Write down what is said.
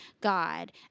God